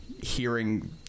hearing